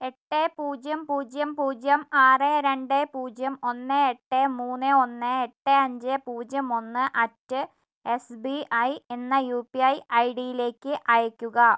എട്ട് പൂജ്യം പൂജ്യം പൂജ്യം ആറ് രണ്ട് പൂജ്യം ഒന്ന് എട്ട് മൂന്ന് ഒന്ന് എട്ട് അഞ്ച് പൂജ്യം ഒന്ന് അറ്റ് എസ് ബി ഐ എന്ന U P I I D യിലേക്ക് അയക്കുക